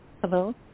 Hello